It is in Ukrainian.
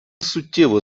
суттєво